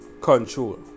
control